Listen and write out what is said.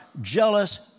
jealous